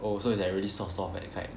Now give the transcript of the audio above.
oh so it's like already soft soft that kind